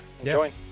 Enjoy